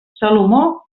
salomó